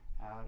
out